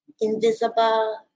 invisible